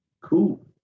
Cool